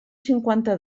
cinquanta